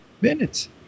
minutes